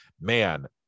man